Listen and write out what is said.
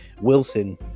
Wilson